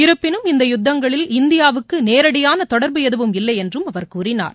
இருப்பினும் இந்த யுத்தங்களில் இந்தியாவுக்குநேரடியானதொடர்பு எதுவும் இல்லையென்றும் அவர் கூறினார்